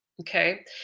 Okay